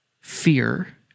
fear